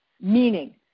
Meaning